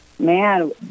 man